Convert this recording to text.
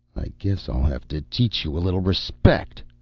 i guess i'll have to teach you a little respect.